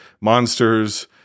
monsters